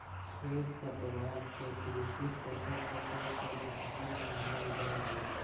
खेरपतवार के कृषि पोषक तत्व के दुश्मन मानल जा हई